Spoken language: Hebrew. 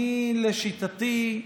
אני, לשיטתי,